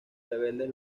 rebeldes